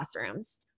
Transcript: classrooms